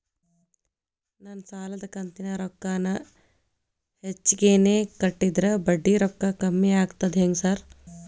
ನಾನ್ ಸಾಲದ ಕಂತಿನ ರೊಕ್ಕಾನ ಹೆಚ್ಚಿಗೆನೇ ಕಟ್ಟಿದ್ರ ಬಡ್ಡಿ ರೊಕ್ಕಾ ಕಮ್ಮಿ ಆಗ್ತದಾ ಹೆಂಗ್ ಸಾರ್?